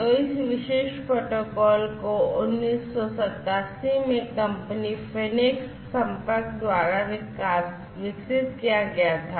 तो इस विशेष प्रोटोकॉल को 1987 में कंपनी phoenix संपर्क द्वारा विकसित किया गया था